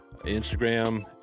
instagram